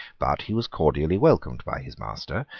but he was cordially welcomed by his master,